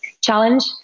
challenge